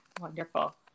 Wonderful